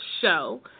show